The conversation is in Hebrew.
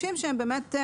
אלה אנשים שהם באמת,